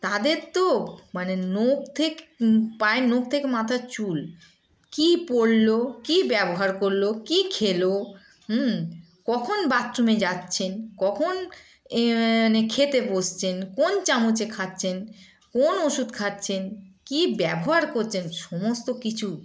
তাদের তো মানে নোখ থেকে পায়ের নোখ থেকে মাথার চুল কী পরল কী ব্যবহার করল কী খেলো কখন বাথরুমে যাচ্ছেন কখন মানে খেতে বসছেন কোন চামচে খাচ্ছেন কোন ওষুধ খাচ্ছেন কী ব্যবহার করছেন সমস্ত কিছু